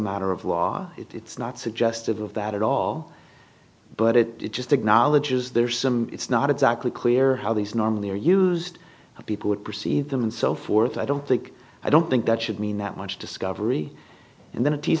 matter of law it's not suggestive of that at all but it just acknowledges there's some it's not exactly clear how these normally are used but people would perceive them and so forth i don't think i don't think that should mean that much discovery and then